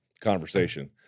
conversation